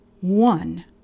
one